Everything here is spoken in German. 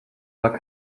war